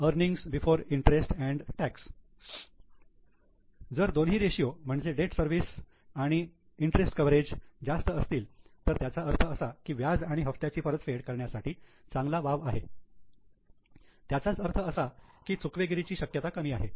earnings before interest and tax जर दोन्ही ratio म्हणजे डेट सर्विस आणि इंटरेस्ट कवरेज जास्त असतील तर त्याचा अर्थ असा की व्याज आणि हप्त्याची परतफेड करण्यासाठी चांगला वाव आहे त्याचाच अर्थ असा की चुकवेगिरीची शक्यता कमी आहे